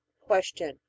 Question